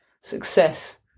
success